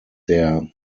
der